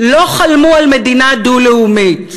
לא חלמו על מדינה דו-לאומית.